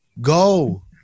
go